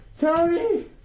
Tony